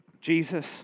Jesus